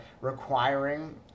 requiring